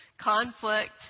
Conflict